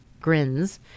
grins